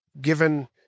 given